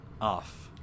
off